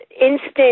Instant